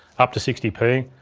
up to sixty p.